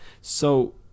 So-